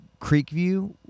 creekview